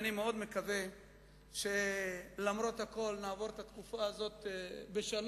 אני מאוד מקווה שלמרות הכול נעבור את התקופה הזאת בשלום.